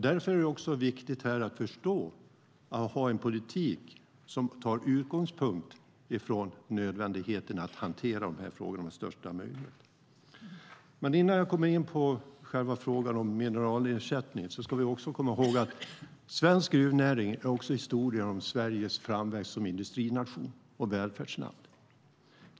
Därför är det också viktigt att förstå och ha en politik som tar utgångspunkt i nödvändigheten av att hantera dessa frågor med största omsorg. Innan jag kommer in på själva frågan om mineralersättning ska vi komma ihåg att svensk gruvnäring också är historien om Sveriges framväxt som industrination och välfärdsland.